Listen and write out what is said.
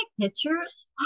pictures